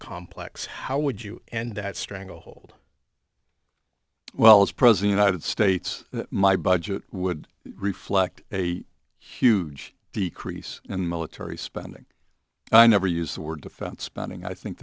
complex how would you and that stranglehold well as president i did states my budget would reflect a huge decrease in military spending and i never use the word defense spending i think